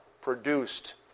produced